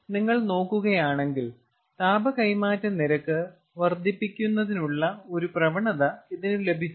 നിങ്ങൾ നോക്കുകയാണെങ്കിൽ താപ കൈമാറ്റ നിരക്ക് വർദ്ധിപ്പിക്കുന്നതിനുള്ള ഒരു പ്രവണത ഇതിന് ലഭിച്ചു